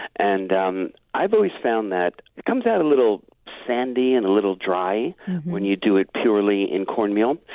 and um i've always found that it comes out a little sandy and a little dry when you do it purely in cornmeal.